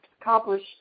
accomplish